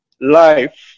life